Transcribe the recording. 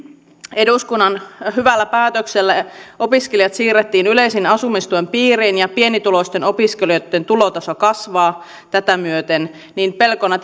eduskunnan hyvällä päätöksellä opiskelijat siirrettiin yleisen asumistuen piiriin ja pienituloisten opiskelijoitten tulotaso kasvaa tätä myöten niin pelkona